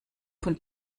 von